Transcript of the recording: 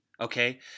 Okay